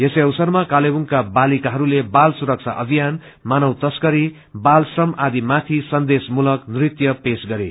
यसै अवसरमा कालेबुङका बालिकाहरूले बाल सुरक्षा अभियान मानव तस्करी बालश्रम आदि माथि सन्देशमूलक नृत्य पेश गरे